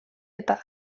eta